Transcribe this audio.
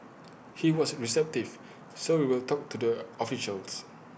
he was receptive so we will talk to their officials